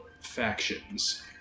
factions